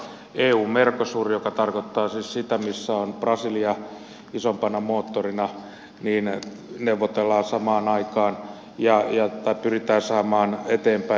eun ja mercosurin joka tarkoittaa siis sitä missä on brasilia isoimpana moottorina sopimusta neuvotellaan samaan aikaan tai pyritään saamaan eteenpäin